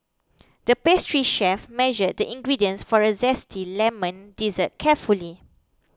the pastry chef measured the ingredients for a Zesty Lemon Dessert carefully